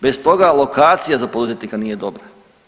Bez toga lokacija za poduzetnika nije dobra.